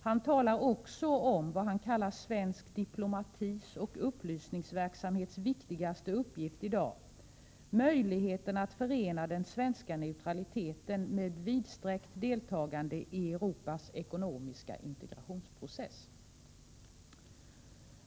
Han talar också om vad han kallar svensk diplomatis och upplysningsverksamhets viktigaste uppgift i dag: möjligheterna att förena den svenska neutraliteten med vidsträckt deltagande i Europas ekonomiska integrationsprocess.